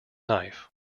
knife